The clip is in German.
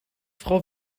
frau